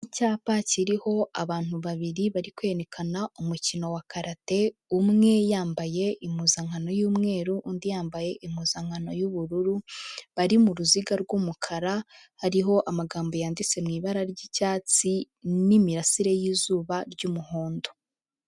Icyapa kiriho abantu babiri bari kwerekana umukino wa karate, umwe yambaye impuzankano y'umweru undi yambaye impuzankano y'ubururu bari mu ruziga rw'umukara, hariho amagambo yanditse mu ibara ry'icyatsi n'imirasire y'izuba ry'umuhondo.